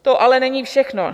To ale není všechno.